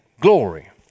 glory